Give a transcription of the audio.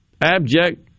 abject